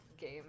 game